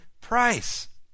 price